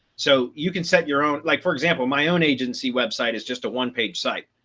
so you can set your own. like, for example, my own agency website is just a one page site.